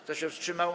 Kto się wstrzymał?